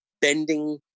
bending